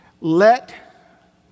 Let